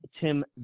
Tim